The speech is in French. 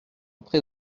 près